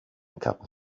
couple